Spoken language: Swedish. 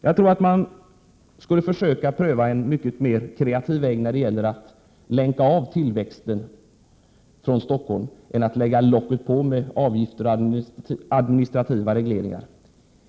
Jag tror att man borde försöka pröva en mycket mer kreativ väg när det gäller att avlänka tillväxten i Stockholm än locket-på-metoden med avgifter och administrativa regleringar.